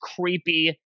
creepy